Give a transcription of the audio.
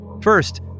First